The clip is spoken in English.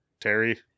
Terry